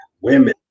women